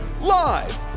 Live